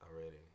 already